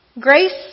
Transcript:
Grace